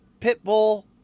Pitbull